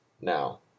Now